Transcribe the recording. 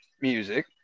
music